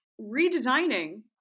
redesigning